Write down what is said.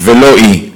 ולא היא.